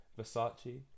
Versace